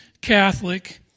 Catholic